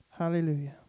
Hallelujah